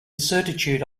certitude